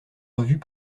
revues